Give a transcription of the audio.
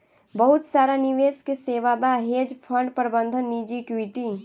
बहुत सारा निवेश के सेवा बा, हेज फंड प्रबंधन निजी इक्विटी